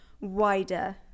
wider